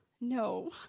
no